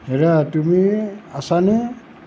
হেৰা তুমি আছানে